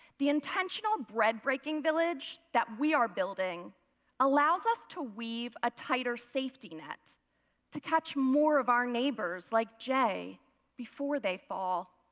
the intentional bread breaking village that we are building allows us to weave a tighter safety net to catch more of our neighbors like jay before they fall.